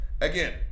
Again